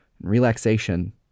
relaxation